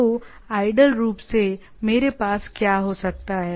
तो आइडल रूप से मेरे पास क्या हो सकता है